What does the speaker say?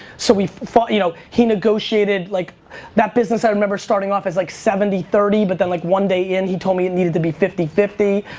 so we fought, you know, he negotiated like that business i remember starting office like seventy, thirty but then like one day in, he told me it needed to be fifty fifty.